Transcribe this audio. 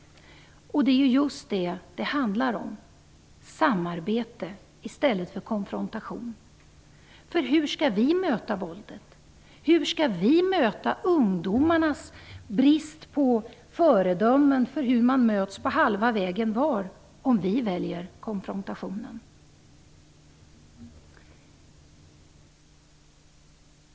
Det är just vad det handlar om, dvs. samarbete i stället för konfrontation. Hur skall vi möta våldet, hur skall vi möta ungdomarnas brist på föredömen för hur man möts på halva vägen, om vi väljer konfrontation?